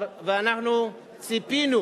ואנחנו ציפינו,